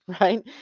right